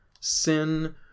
sin